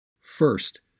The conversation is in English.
First